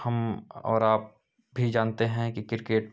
हम और आप भी जानते हैं कि क्रिकेट